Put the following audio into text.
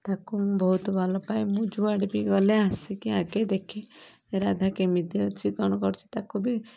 ତାକୁ ମୁଁ ବହୁତ ଭଲ ପାଏ ମୁଁ ଯୁଆଡ଼େ ବି ଗଲେ ଆସିକି ଆଗେ ଦେଖେ ରାଧା କେମିତି ଅଛି କ'ଣ କରୁଛି ତାକୁ ବି